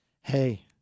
Hey